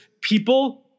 people